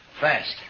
Fast